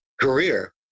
career